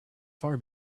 far